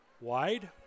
wide